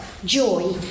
joy